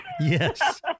Yes